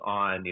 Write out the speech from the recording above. on